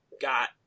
got